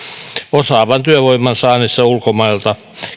osaavan työvoiman saannissa ulkomailta